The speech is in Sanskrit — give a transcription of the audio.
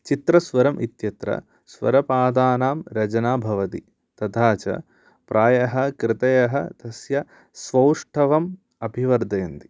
चित्रस्वरम् इत्यत्र स्वरपादानां रजना भवति तथा च प्रायः कृतयः तस्य सौष्ठवम् अभिवर्धयन्ति